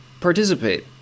participate